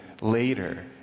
later